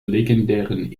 legendären